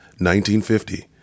1950